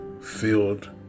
filled